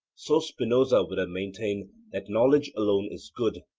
so spinoza would have maintained that knowledge alone is good,